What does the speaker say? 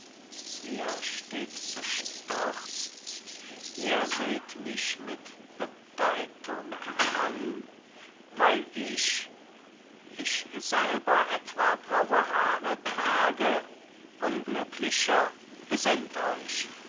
ihr steht bestürzt ihr seht mich mit bedeutung an weil ich ich selber etwa graue haare trage unglücklicher besinnt euch